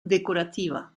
decorativa